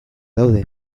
daude